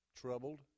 troubled